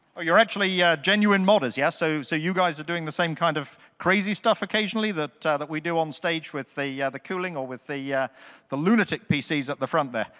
you're actually yeah genuine modders, yeah? so so you guys are doing the same kind of crazy stuff occasionally that ah that we do onstage with the yeah the cooling or with the yeah the lunatic pcs at the front there.